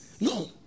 No